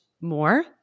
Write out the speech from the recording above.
more